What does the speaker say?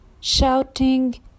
shouting